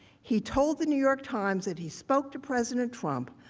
he told the new york times, and he spoke to president trump,